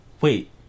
wait